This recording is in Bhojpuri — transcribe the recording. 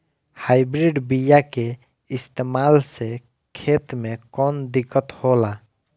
हाइब्रिड बीया के इस्तेमाल से खेत में कौन दिकत होलाऽ?